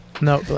No